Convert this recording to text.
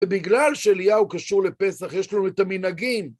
ובגלל שאליהו קשור לפסח, יש לנו את המנהגים.